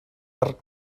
arc